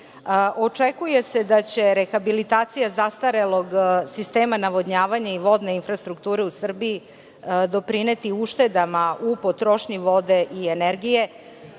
se da će rehabilitacija zastarelog sistema navodnjavanja i vodne infrastrukture u Srbiji doprineti uštedama u potrošnji vode i energije,